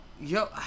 Yo